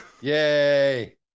Yay